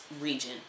region